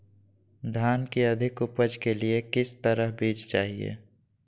धान की अधिक उपज के लिए किस तरह बीज चाहिए?